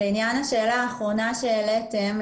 לעניין השאלה האחרונה שהעליתם,